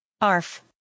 Arf